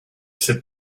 sit